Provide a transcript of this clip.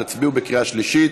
אז תצביעו בקריאה שלישית.